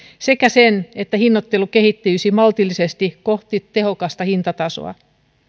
sekä sen että hinnoittelu kehittyisi maltillisesti kohti tehokasta hintatasoa